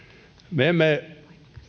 me emme